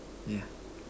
yeah